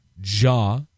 jaw